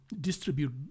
distribute